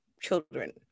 children